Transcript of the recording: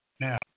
Now